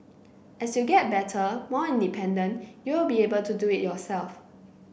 as you get better more independent you will be able to do it yourself